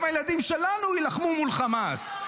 גם הילדים שלנו יילחמו מול חמאס.